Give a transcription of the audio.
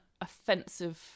offensive